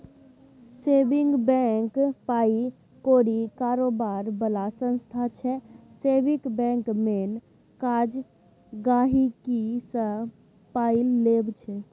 saving bank पाइ कौरी कारोबार बला संस्था छै सेबिंग बैंकक मेन काज गांहिकीसँ पाइ लेब छै